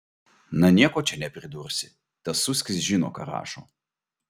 na nieko čia nepridursi tas suskis žino ką rašo